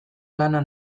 lana